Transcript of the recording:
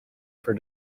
for